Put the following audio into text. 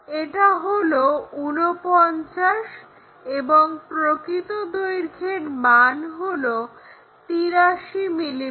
এটা হলো 49 এবং প্রকৃত দৈর্ঘ্যের মান হলো 83 mm